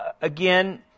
again